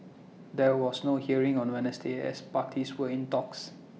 there was no hearing on Wednesday as parties were in talks